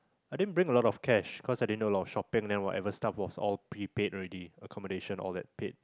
I didn't bring a lot of cash cause I didn't do a lot of shopping then whatever stuff was prepaid already accommodation all that paid